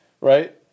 right